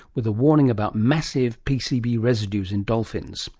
with a warning about massive pcb residues in dolphins